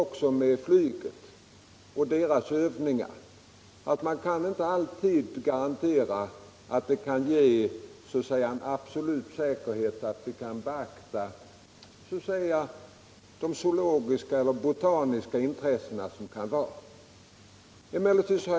Detsamma gäller flygvapnet och dess övningar; man kan inte alltid garanlera alt det är möjligt att beakta de zoologiska och botaniska intressen som kan finnas.